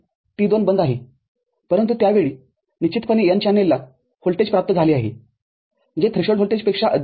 T२ बंद आहेपरंतु त्या वेळी निश्चितपणे n चॅनेलला व्होल्टेज प्राप्त झाले आहेजे थ्रीशोल्ड व्होल्टेजपेक्षा अधिक आहे